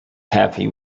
happy